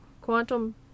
Quantum